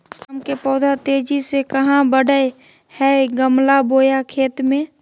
आम के पौधा तेजी से कहा बढ़य हैय गमला बोया खेत मे?